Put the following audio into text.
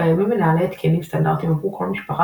קיימים מנהלי התקנים סטנדרטיים עבור כל משפחה